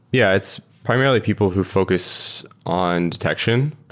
yeah. it's primarily people who focus on detection.